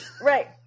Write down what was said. Right